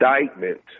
indictment